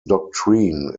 doctrine